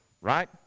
right